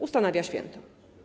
Ustanawia święto.